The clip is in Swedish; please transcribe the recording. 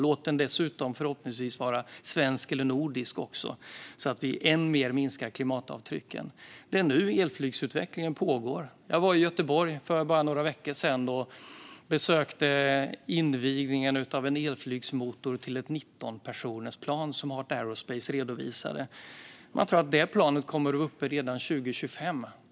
Låt den förhoppningsvis vara svensk eller nordisk också, så att vi än mer minskar klimatavtrycken. Det är nu elflygsutvecklingen pågår. Jag var i Göteborg för bara några veckor sedan och besökte invigningen av en elflygsmotor till ett 19-personersplan, som Heart Aerospace presenterade. De tror att detta plan kommer att vara uppe redan 2025.